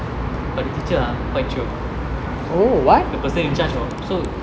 but the teacher ah quite chio the person in charge of so